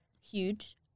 huge